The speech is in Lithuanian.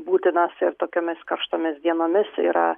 būtinas ir tokiomis karštomis dienomis yra